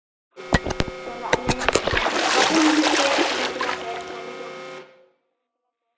ᱪᱟᱞᱟᱜ ᱟᱞᱮ ᱟᱯᱮ ᱦᱚᱸ ᱦᱤᱡᱩᱜ ᱯᱮ ᱥᱟᱹᱨᱟᱹᱭᱠᱮᱞᱞᱟ ᱥᱮᱫ ᱞᱟᱹᱰᱩ ᱡᱚᱢ